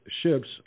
ships